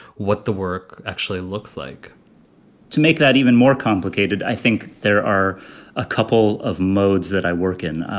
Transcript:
what the work actually looks like to make that even more complicated i think there are a couple of modes that i work in.